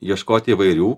ieškot įvairių